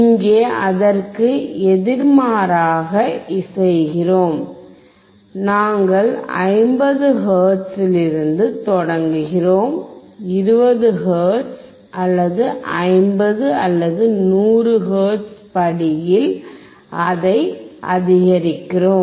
இங்கே அதற்கு எதிர்மாறாக செய்கிறோம் நாங்கள் 50 ஹெர்ட்ஸில் இருந்து தொடங்குகிறோம் 20 ஹெர்ட்ஸ் அல்லது 50 அல்லது 100 ஹெர்ட்ஸ் படியில் அதை அதிகரிக்கிறோம்